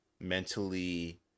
mentally